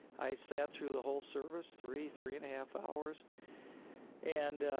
i sat through the whole service, three, three and a half hours and,